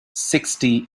sixty